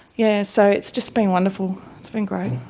yeah so it's just been wonderful, it's been great,